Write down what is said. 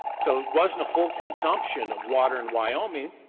so it wasn't a full consumption of water in wyoming,